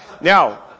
Now